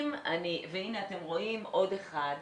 והנה אתם רואים עוד אחד,